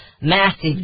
massive